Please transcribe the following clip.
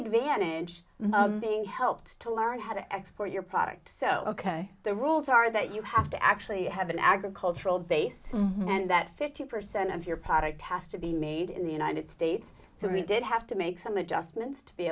being helped to learn how to export your product so ok the rules are that you have to actually have an agricultural base and that fifty percent of your product has to be made in the united states so we did have to make some adjustments to be